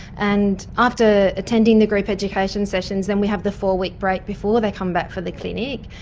and after attending the group education sessions, then we have the four-week break before they come back for the clinic,